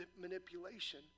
manipulation